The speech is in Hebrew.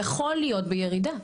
יכול להיות בירידה?